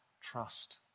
trust